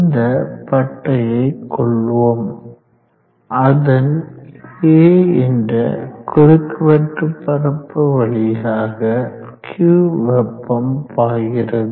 இந்த பட்டையை கொள்வோம் அதன் A என்ற குறுக்குவெட்டு பரப்பு வழியாக q வெப்பம் பாய்கிறது